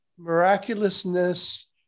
miraculousness